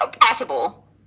possible